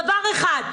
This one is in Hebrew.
דבר אחד.